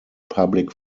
public